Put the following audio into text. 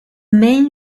main